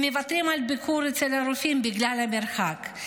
הם מוותרים על ביקור אצל הרופאים בגלל המרחק,